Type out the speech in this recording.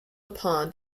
pond